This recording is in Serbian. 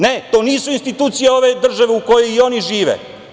Ne, to nisu institucije ove države u kojoj i oni žive.